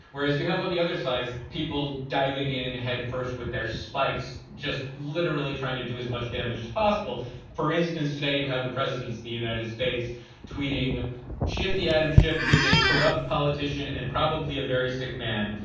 whereas you have on the other side's people diving in headfirst with their spikes, just literally trying to do as much damage as possible for instance, today you have the presidents of the united states tweeting shifty eitam shift is a corrupt politician and probably a very sick man.